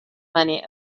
money